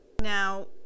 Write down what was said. Now